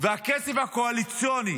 והכסף הקואליציוני